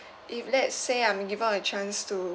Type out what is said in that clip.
if let's say I'm given a chance to